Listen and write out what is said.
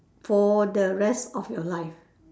for the rest of your life